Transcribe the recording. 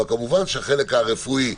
כמובן החלק הרפואי,